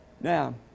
Now